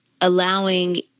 allowing